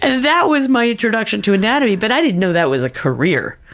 and that was my introduction to anatomy, but i didn't know that was a career